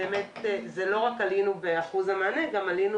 זה לא רק שעלינו באחוז המענה אלא גם עלינו